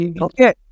Okay